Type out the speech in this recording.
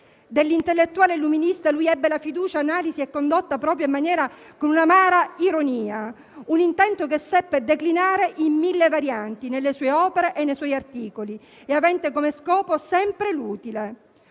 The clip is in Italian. Dell'intellettuale illuminista lui ebbe la fiducia, l'analisi condotta alla propria maniera con un'amara ironia; un intento che seppe declinare in mille varianti nelle sue opere e nei suoi articoli e avente come scopo sempre l'utile.